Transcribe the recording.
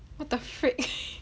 what the freak